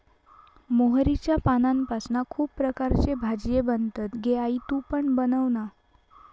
मोहरीच्या पानांपासना खुप प्रकारचे भाजीये बनतत गे आई तु पण बनवना